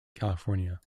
california